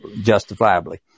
justifiably